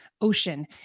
ocean